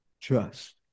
Trust